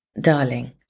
Darling